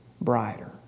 brighter